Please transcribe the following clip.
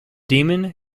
demon